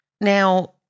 Now